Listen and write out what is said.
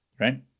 right